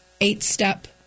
eight-step